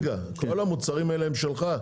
כל המוצרים האלה הם שלך,